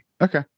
Okay